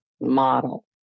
model